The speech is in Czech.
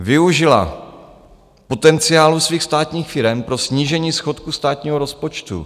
Využila potenciálu svých státních firem pro snížení schodku státního rozpočtu.